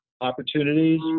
opportunities